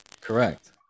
Correct